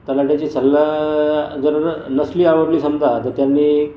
तलाठ्याचे सल्ला जर न नसली आवडली समजा तर त्यांनी